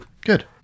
Good